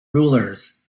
rulers